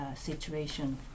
situation